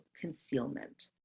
concealment